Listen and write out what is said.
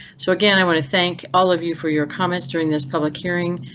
so again, i want to thank all of you for your comments during this public hearing.